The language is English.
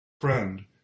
friend